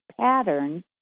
patterns